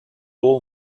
all